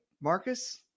Marcus